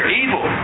evil